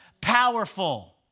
powerful